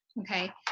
Okay